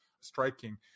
striking